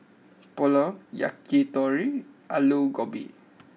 Pulao Yakitori and Alu Gobi